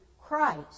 Christ